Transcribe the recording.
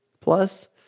plus